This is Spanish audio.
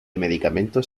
medicamentos